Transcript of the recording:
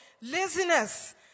laziness